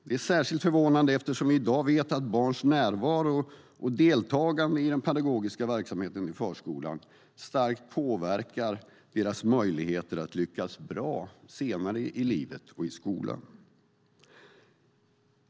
Det är särskilt förvånande eftersom vi i dag vet att barns närvaro och deltagande i den pedagogiska verksamheten i förskolan starkt påverkar deras möjligheter att lyckas bra senare i livet och i skolan.